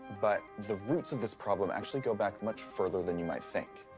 but the roots of this problem actually go back much further than you might think.